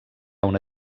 una